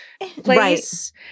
place